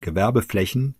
gewerbeflächen